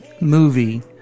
movie